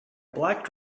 black